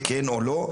כן או לא,